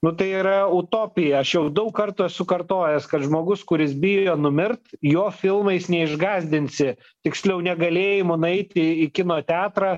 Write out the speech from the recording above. nu tai yra utopija aš jau daug kartų esu kartojęs kad žmogus kuris bijo numirt jo filmais neišgąsdinsi tiksliau negalėjimu nueiti į kino teatrą